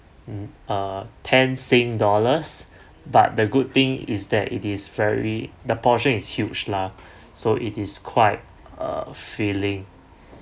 mm uh ten sing dollars but the good thing is that it is very the portion is huge lah so it is quite uh filling